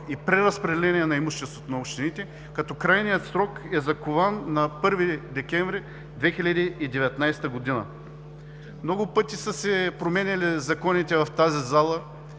и преразпределение на имуществото на общините, като крайният срок е закован на 1 декември 2019 г.? Много пъти в тази зала са се променяли законите, като